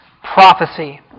prophecy